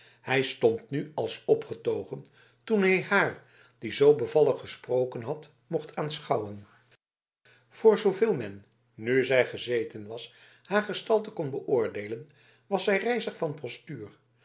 hij stond nu als opgetogen toen hij haar die zoo bevallig gesproken had mocht aanschouwen voor zooveel men nu zij gezeten was haar gestalte kon beoordeelen was zij rijzig van postuur